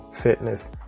fitness